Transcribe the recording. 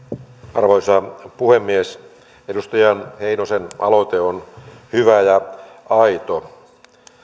arvoisa puhemies edustaja heinosen aloite on hyvä ja aito